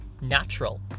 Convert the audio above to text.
natural